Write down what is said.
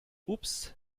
ups